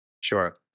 Sure